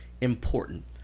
important